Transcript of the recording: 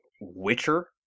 Witcher